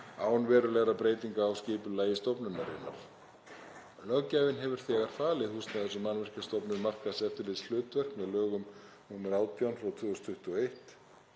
án verulegra breytinga á skipulagi stofnunarinnar. Löggjafinn hefur þegar falið Húsnæðis- og mannvirkjastofnun markaðseftirlitshlutverk með lögum nr. 18/2021,